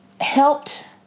helped